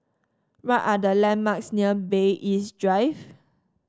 what are the landmarks near Bay East Drive